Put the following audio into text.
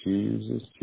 Jesus